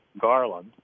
Garland